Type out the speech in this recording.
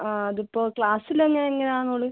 ആ അത് ഇപ്പോൾ ക്ലാസ്സിൽ എല്ലാം എങ്ങനെയാണ് ഓള്